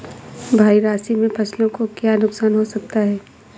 भारी बारिश से फसलों को क्या नुकसान हो सकता है?